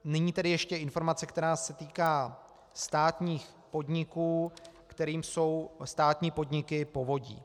Nyní ještě informace, která se týká státních podniků, kterými jsou státní podniky povodí.